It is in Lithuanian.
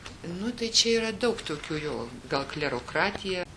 nu tai čia yra daug tokių jo gal klerokratija